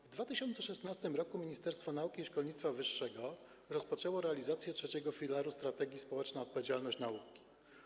W 2016 r. Ministerstwo Nauki i Szkolnictwa Wyższego rozpoczęło realizację trzeciego filaru strategii „Społeczna odpowiedzialność nauki”